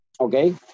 okay